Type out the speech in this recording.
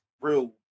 real